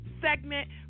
segment